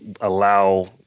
allow